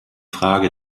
frage